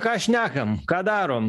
ką šnekam ką darom